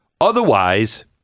Otherwise